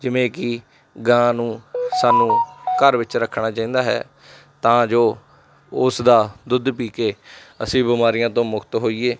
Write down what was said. ਜਿਵੇਂ ਕਿ ਗਾਂ ਨੂੰ ਸਾਨੂੰ ਘਰ ਵਿੱਚ ਰੱਖਣਾ ਚਾਹੀਦਾ ਹੈ ਤਾਂ ਜੋ ਉਸ ਦਾ ਦੁੱਧ ਪੀ ਕੇ ਅਸੀਂ ਬਿਮਾਰੀਆਂ ਤੋਂ ਮੁਕਤ ਹੋਈਏ